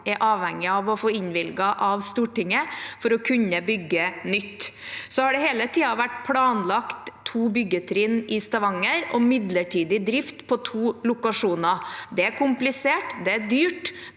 er avhengig av å få innvilget av Stortinget for å kunne bygge nytt. Det har hele tiden vært planlagt to byggetrinn i Stavanger og midlertidig drift på to lokasjoner. Det er komplisert, det er dyrt,